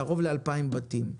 קרוב ל-2,000 בתים.